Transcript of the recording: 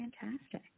Fantastic